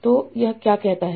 तो यह क्या कहता है